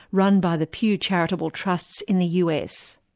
run by the pew charitable trusts in the u. s.